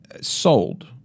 sold